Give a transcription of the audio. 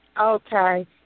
Okay